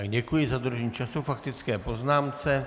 Děkuji za dodržení času k faktické poznámce.